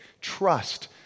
trust